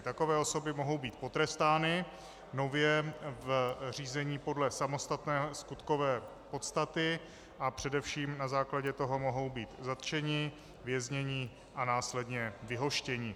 Takové osoby mohou být potrestány nově v řízení podle samostatné skutkové podstaty a především na základě toho mohou být zatčeny, vězněny a následně vyhoštěny.